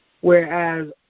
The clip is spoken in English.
Whereas